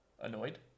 annoyed